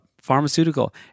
pharmaceutical